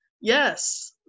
yes